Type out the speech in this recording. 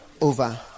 over